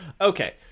Okay